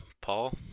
Paul